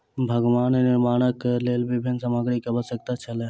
भवन निर्माणक लेल विभिन्न सामग्री के आवश्यकता छल